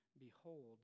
behold